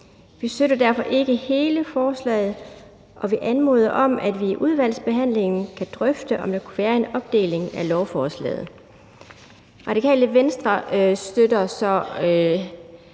Vi støtter derfor ikke hele forslaget og vil anmode om, at vi i udvalgsbehandlingen kan drøfte, om der kunne være en opdeling af lovforslaget. Radikale støtter